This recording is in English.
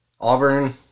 Auburn